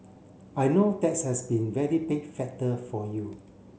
I know that's has been very big factor for you